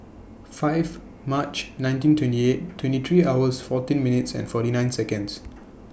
five March nineteen twenty eight twenty three hours fourteen minutes and forty nine Seconds